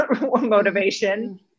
motivation